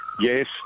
yes